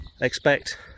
Expect